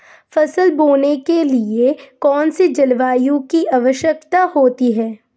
फसल बोने के लिए कौन सी जलवायु की आवश्यकता होती है?